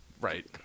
Right